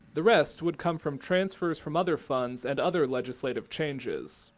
the rest would come from transfers from other funds and other legislative changes.